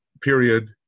period